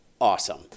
awesome